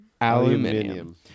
Aluminium